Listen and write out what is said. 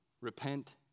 Repent